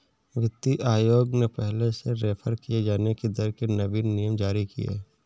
वित्तीय आयोग ने पहले से रेफेर किये जाने की दर के नवीन नियम जारी किए